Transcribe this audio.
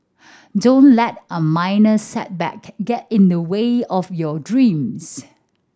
don't let a minor setback get in the way of your dreams